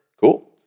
cool